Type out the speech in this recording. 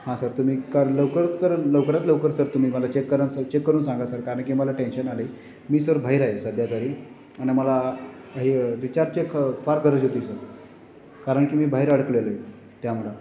हां सर तुम्ही का लवकर सर लवकरात लवकर सर तुम्ही मला चेक करा ना सर चेक करून सांगा सर कारणकी मला टेन्शन आलं आहे मी सर बाहेर आहे सध्या तरी आणि मला हे विचारायचे ख फार गरज होती सर कारण की मी बाहेर अडकलेलो आहे त्यामुळं